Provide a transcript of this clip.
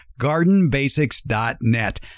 gardenbasics.net